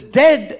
dead